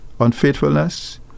Unfaithfulness